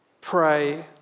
pray